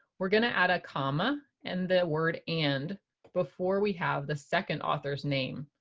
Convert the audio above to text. we're going to add a comma and the word and before we have the second author's name.